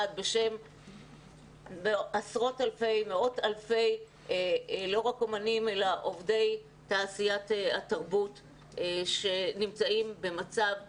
בשם מאות אלפי עובדי תעשיית התרבות שנמצאים במצב קשה,